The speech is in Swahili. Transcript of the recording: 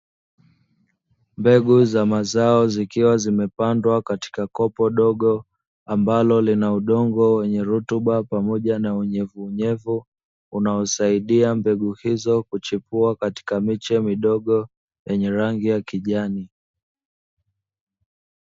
Mbegu za mazao zikiwa zimepandwa katika kopo dogo ambalo lina udongo wenye rutuba pamoja na unyevu unyevu unaosaidia mbegu hizo kuchipua katika miche midogo yenye rangi ya kijani.